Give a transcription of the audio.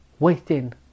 Waiting